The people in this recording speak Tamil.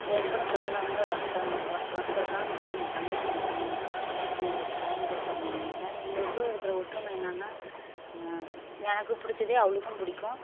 எங்கூட பிறந்தவங்க ஒருத்தர் ஒருத்தர் தான் அதுவும் என் தங்கச்சி மட்டுந்தான் எனக்கு வேற யாரும் கூட பிறந்தவங்க இல்லை எங்களுக்குள்ளே இருக்கிற ஒற்றுமை என்னன்னா எனக்கு பிடிச்சதே அவளுக்கும் பிடிக்கும்